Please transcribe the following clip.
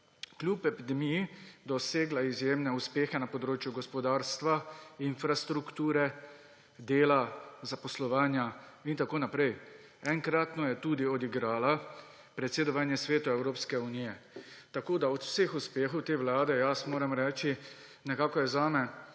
kljub epidemiji dosegla izjemne uspehe na področju gospodarstva, infrastrukture, dela, zaposlovanja in tako naprej. Enkratno je tudi odigrala predsedovanje Svetu Evropske unije. Tako da od vseh uspehov te vlade, jaz moram reči, nekako zame